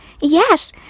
Yes